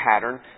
pattern